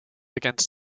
against